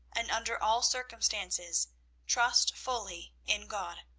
and under all circumstances trust fully in god.